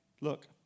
Look